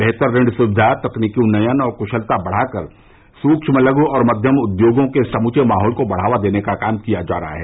बेहतर ऋण सुविधा तकनीकी उन्नयन और कुशलता बढ़ाकर सूक्ष्म लघु और मध्यम उद्योगों के समूचे माहौल को बढ़ावा देने का किया जा रहा है